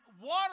water